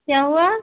क्या हुआ